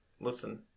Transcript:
listen